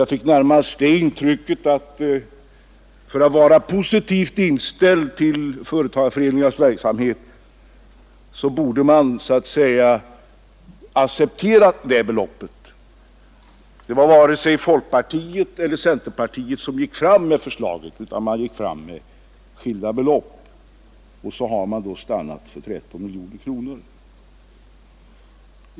Jag fick närmast det intrycket att för att vara positivt inställd till föreningar fn f: företagarföreningarnas verksamhet borde man så att säga ha accepterat Administrationskostnader det beloppet. Varken folkpartiet eller centerpartiet gick fram med förslaget utan de hade skilda belopp. Så har man då stannat vid 13 miljoner kronor.